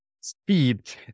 speed